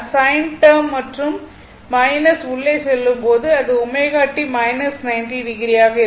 sign term மற்றும் உள்ளே செல்லும்போது அது ω t 90o ஆக இருக்கும்